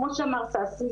כמו שאמר ששי,